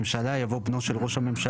במקום 'ראש ממשלה' יבוא 'בנו של ראש הממשלה'.